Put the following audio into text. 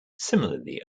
similarly